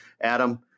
Adam